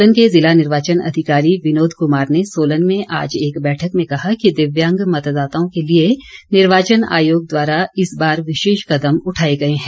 सोलन के जिला निर्वाचन अधिकारी विनोद कुमार ने सोलन में आज एक बैठक में कहा कि दिव्यांग मतदाताओं के लिए निर्वाचन आयोग द्वारा इस बार विशेष कदम उठाए गए है